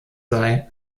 sei